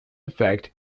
effect